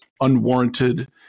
unwarranted